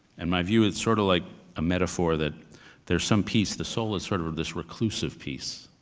and my view, it's sort of like a metaphor that there's some peace, the soul is sort of of this reclusive peace.